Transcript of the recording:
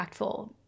impactful